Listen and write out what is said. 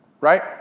right